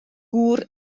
gŵr